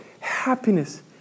happiness